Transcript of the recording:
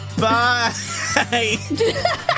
bye